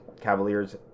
Cavaliers